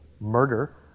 murder